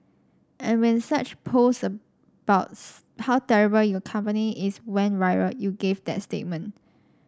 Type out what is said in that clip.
and when such post about how terrible your company is went viral you gave that statement